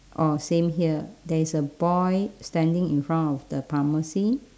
orh same here there is a boy standing in front of the pharmacy